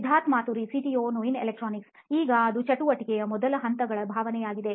Siddharth Maturi CEO ನೋಯಿನ್ electronics ಈಗ ಅದು ಚಟುವಟಿಕೆಯ 'ಮೊದಲು' ಹಂತಗಳ ಭಾವನೆಯಾಗಿದೆ